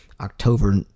October